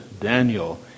Daniel